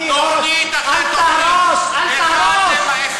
אני לא רוצה, תוכנית אחרי תוכנית, אחד לאחד,